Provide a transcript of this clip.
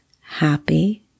happy